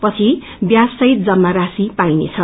पछि ब्याज सहित जम्मा राशि दिइनेछ